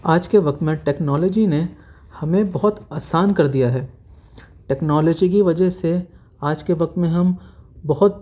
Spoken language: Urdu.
آج کے وقت میں ٹیکنالوجی نے ہمیں بہت آسان کر دیا ہے ٹیکنالوجی کی وجہ سے آج کے وقت میں ہم بہت